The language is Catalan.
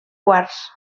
quars